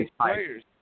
players